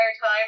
time